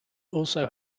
also